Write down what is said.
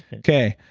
okay.